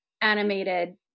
animated